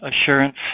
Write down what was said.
assurance